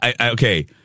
Okay